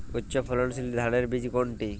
উচ্চ ফলনশীল ধানের বীজ কোনটি?